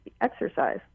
exercise